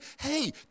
hey